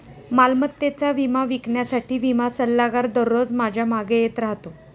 मालमत्तेचा विमा विकण्यासाठी विमा सल्लागार दररोज माझ्या मागे येत राहतो